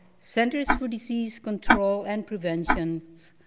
centers for disease control and preventions,